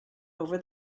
over